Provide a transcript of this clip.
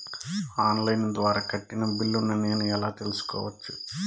On line ద్వారా కట్టిన బిల్లును నేను ఎలా తెలుసుకోవచ్చు?